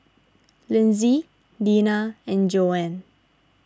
Linsey Deena and Joanne